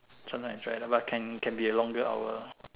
this one is right but can can be a longer hour